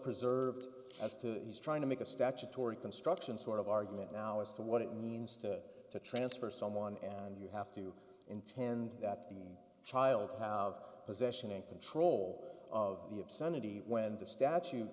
preserved as to he's trying to make a statutory construction sort of argument now as to what it means to transfer someone and you have to intend that the child of possession and control of the obscenity when the statu